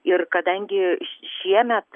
ir kadangi šiemet